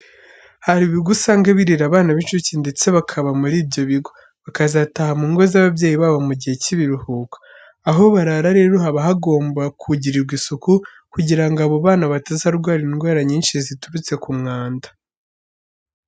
Hari ibigo usanga birera abana b'incuke ndetse bakaba muri ibyo bigo, bakazataha mu ngo z'ababyeyi babo mu gihe cy'ibiruhuko. Aho barara rero haba hagomba kugirirwa isuku kugira ngo abo bana batarwara indwara nyinshi ziturutse ku mwanda.